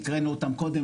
הקראנו אותם קודם.